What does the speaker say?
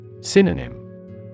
Synonym